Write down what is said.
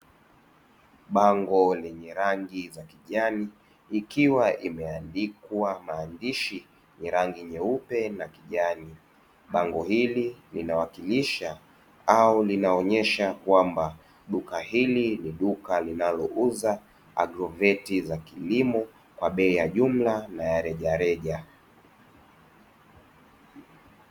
Bango lenye rangi za kijani ikiwa imeandikwa maandishi yenye rangi nyeupe na kijani, bango hili linawakilisha au linaonesha kwamba duka hili ni duka linauza “AGROVET” za kilimo kwa bei ya jumla na rejareja.